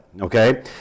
Okay